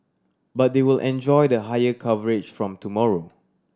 but they will enjoy the higher coverage from tomorrow